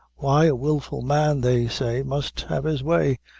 why a wilful man, they say, must have his way.